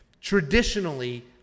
Traditionally